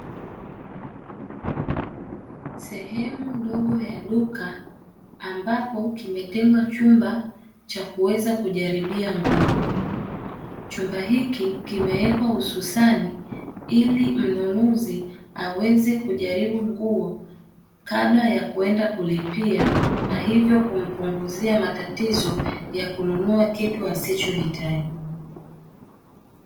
Sehemu ndogo ya duka ambapo kimetengwa chumba cha kuweza kujaribia nguo. Chumba hiki kimewekwa hususani ili mnunuzi aweze kujaribu nguo kabla ya kwenda kulipia na hivyo kumpunguzia matatizo ya kununua kitu asichohitaji.